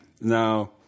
Now